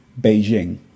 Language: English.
Beijing